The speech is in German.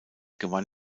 gewann